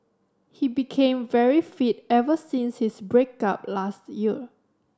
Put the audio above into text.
he became very fit ever since his break up last year